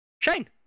Shane